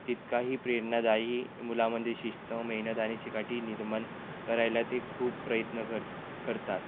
तितकाही प्रेरणादायी मुलामध्ये शिस्त मेहनत आणि चिकाटी निर्माण करायला ते खूप प्रयत्न कर करतात